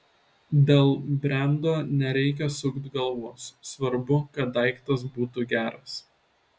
dėl brendo nereikia sukt galvos svarbu kad daiktas būtų geras